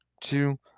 Two